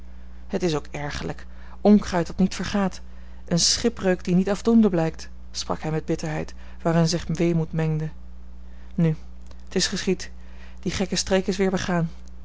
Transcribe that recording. het is ook ergerlijk onkruid dat niet vergaat eene schipbreuk die niet afdoende blijkt sprak hij met bitterheid waarin zich weemoed mengde nu t is geschied die gekke streek is weer begaan